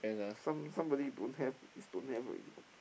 some somebody don't have is don't have already